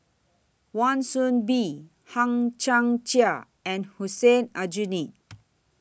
Wan Soon Bee Hang Chang Chieh and Hussein Aljunied